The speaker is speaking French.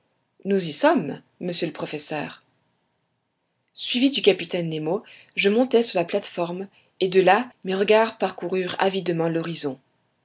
nous y sommes monsieur le professeur suivi du capitaine nemo je montait sur la plate-forme et de là mes regards parcoururent avidement l'horizon